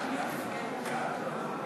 בתי-המשפט (תיקון מס' 76),